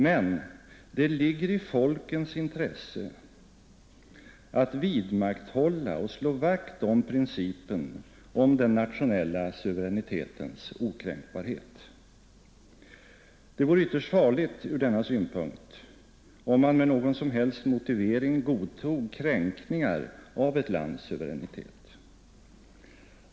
Men det ligger i folkens intresse att vidmakthålla och slå vakt kring principen om den nationella suveränitetens okränkbarhet. Det vore ytterst farligt från denna synpunkt om man med någon som helst motivering godtog kränkningar av ett lands suveränitet.